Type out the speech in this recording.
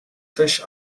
fish